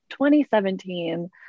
2017